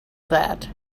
that